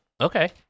okay